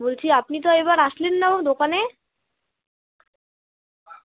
বলছি আপনি তো এইবার আসলেন না আমার দোকানে